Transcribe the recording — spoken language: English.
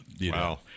Wow